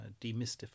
demystify